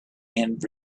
and